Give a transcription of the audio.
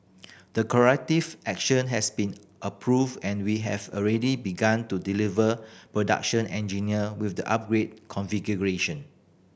the corrective action has been approved and we have already begun to deliver production engine with the upgraded configuration